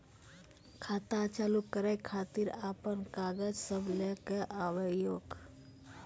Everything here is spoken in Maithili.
खाता चालू करै खातिर आपन कागज सब लै कऽ आबयोक?